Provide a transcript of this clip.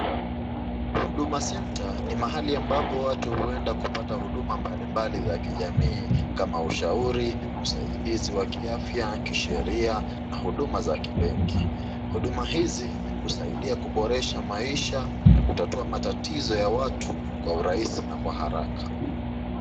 Huduma [centre] ni mahali ambapo watu huenda kupata huduma mbalimbali za kijamii kama ushauri, usaidizi wa kiafya, kisheria na huduma za kibenki. Huduma hizi husaidia kuboresha maisha na kutatua matatizo ya watu kwa urahisi na kwa haraka.